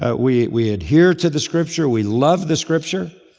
ah we we adhere to the scripture, we love the scripture.